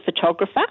photographer